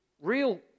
real